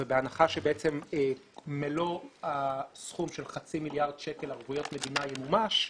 בהנחה שבעצם מלוא הסכום של חצי מיליארד שקלים ערבויות מדינה ימומש,